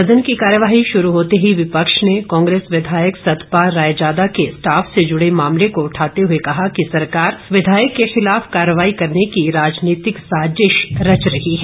सदन की कार्यवाही शुरू होते ही विपक्ष ने कांग्रेस विधायक सतपाल रायजादा के स्टाफ से जुड़े मामले को उठाते हुए कहा कि सरकार विधायक के खिलाफ कार्रवाई करने की राजनीतिक साजिष रच रही है